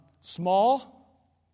small